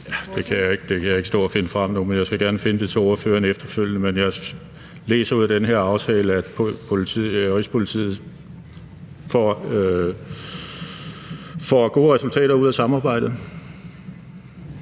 Det kan jeg ikke stå og finde frem nu, men jeg skal gerne finde det til ordføreren efterfølgende. Men jeg læser ud af den her redegørelse, at Rigspolitiet får gode resultater ud af samarbejdet.